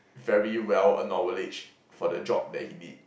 very well acknowledged for the job that he did